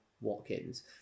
Watkins